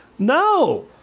No